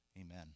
amen